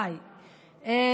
אהלן,